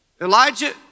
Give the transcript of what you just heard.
Elijah